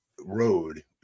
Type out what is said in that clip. road